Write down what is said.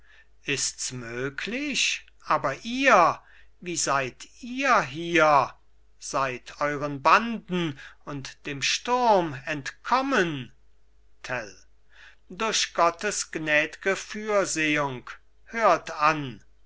ist's möglich aber ihr wie seid ihr hier seid euren banden und dem sturm entkommen tell durch gottes gnäd'ge fürsehung hört an